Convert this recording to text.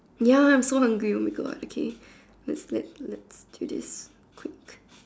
ya I saw on Grimace what okay lets lets lets do this quick